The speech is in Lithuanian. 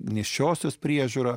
nėščiosios priežiūra